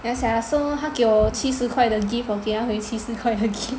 yeah sia so 他给我七十块的 gift 我给他回七十块的 gift